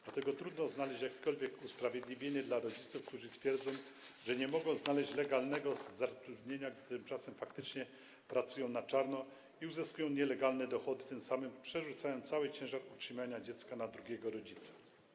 Dlatego trudno znaleźć jakiekolwiek usprawiedliwienie dla rodziców, którzy twierdzą, że nie mogą znaleźć legalnego zatrudnienia, gdy tymczasem faktycznie pracują na czarno i uzyskują nielegalne dochody i tym samym przerzucają cały ciężar utrzymania dziecka na drugiego rodzica.